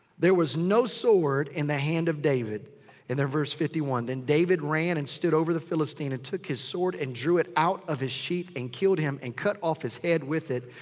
there was no sword in the hand of david and then verse fifty one, then david ran and stood over the philistine and took his sword and drew it out of his sheath and killed him and cut off his head with it.